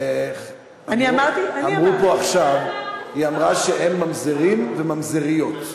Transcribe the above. אמרו פה עכשיו, היא אמרה שהם ממזרים, וממזריות,